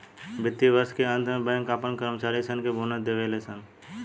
वित्तीय वर्ष के अंत में बैंक अपना कर्मचारी सन के बोनस देवे ले सन